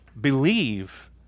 believe